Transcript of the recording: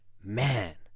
Man